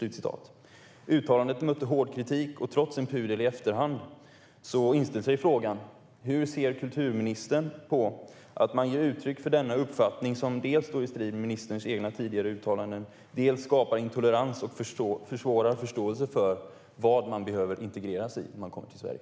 Uttalandet mötte hård kritik, och trots en pudel i efterhand inställer sig frågan hur kulturministern ser på att man ger uttryck för denna uppfattning. Dels står den i strid med ministerns egna tidigare uttalanden, dels skapar den intolerans och försvårar förståelsen för vad människor behöver integreras i när de kommer till Sverige.